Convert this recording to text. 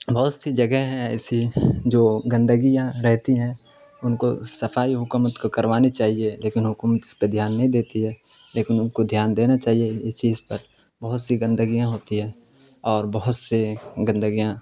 بہت سی جگہیں ہیں ایسی جو گندگیاں رہتی ہیں ان کو صفائی حکومت کو کروانی چاہیے لیکن حکومت اس پہ دھیان نہیں دیتی ہے لیکن ان کو دھیان دینا چاہیے اس چیز پر بہت سی گندگیاں ہوتی ہیں اور بہت سے گندگیاں